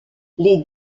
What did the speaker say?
les